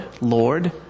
Lord